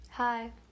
Hi